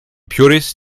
puris